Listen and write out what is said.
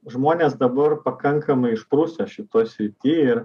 žmonės dabar pakankamai išprusę šitoj srity ir